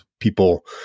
People